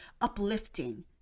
uplifting